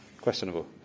Questionable